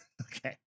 okay